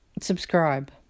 Subscribe